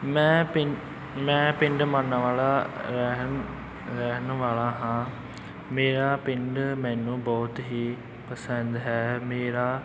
ਮੈਂ ਪਿੰਨ ਮੈਂ ਪਿੰਡ ਮਾਨਾਂਵਾਲਾ ਰਹਿਣ ਰਹਿਣ ਵਾਲਾ ਹਾਂ ਮੇਰਾ ਪਿੰਡ ਮੈਨੂੰ ਬਹੁਤ ਹੀ ਪਸੰਦ ਹੈ ਮੇਰਾ